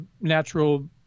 natural